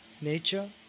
nature